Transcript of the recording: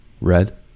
Red